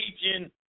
teaching